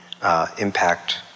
Impact